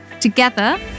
together